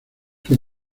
que